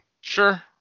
sure